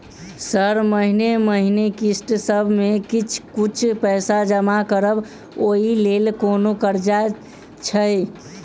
Sir महीने महीने किस्तसभ मे किछ कुछ पैसा जमा करब ओई लेल कोनो कर्जा छैय?